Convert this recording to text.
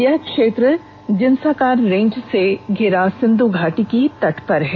यह क्षेत्र जन्साकार रेंज से धिरा सिन्धू नदी के तट पर है